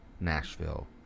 Nashville